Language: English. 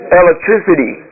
electricity